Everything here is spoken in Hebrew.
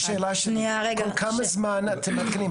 כל כמה זמן אתם מעדכנים?